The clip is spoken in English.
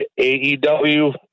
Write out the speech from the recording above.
AEW